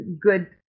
good